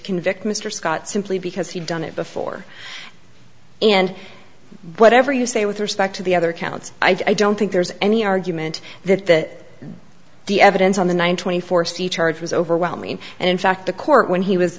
convict mr scott simply because he'd done it before and whatever you say with respect to the other counts i don't think there's any argument that the evidence on the one twenty four c charge was overwhelming and in fact the court when he was